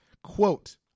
Quote